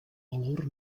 valor